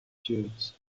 fields